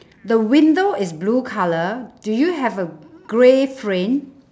the window is blue colour do you have the grey frame